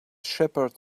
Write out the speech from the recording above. shepherd